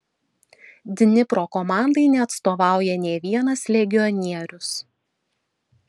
dnipro komandai neatstovauja nė vienas legionierius